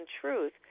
truth